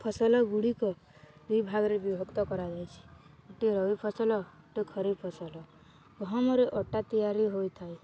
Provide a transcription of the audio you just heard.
ଫସଲ ଗୁଡ଼ିକ ଦୁଇ ଭାବରେ ବିଭକ୍ତ କରାଯାଇଛି ଗୋଟେ ରବି ଫସଲ ଗୋଟେ ଖରିଫ ଫସଲ ଗହମରେ ଅଟା ତିଆରି ହୋଇଥାଏ